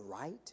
right